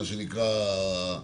מה שנקרא,